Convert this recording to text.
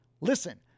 Listen